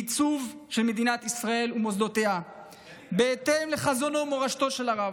לעיצוב של מדינת ישראל ומוסדותיה בהתאם לחזונו ולמורשתו של הרב.